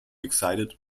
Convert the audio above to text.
excited